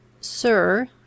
Sir